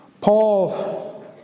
Paul